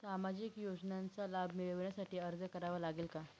सामाजिक योजनांचा लाभ मिळविण्यासाठी अर्ज करावा लागेल का?